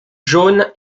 jaune